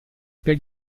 per